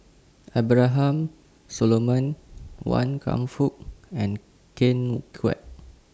Abraham Solomon Wan Kam Fook and Ken Kwek